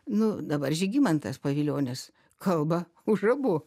nu dabar žygimantas pavilionis kalba už abu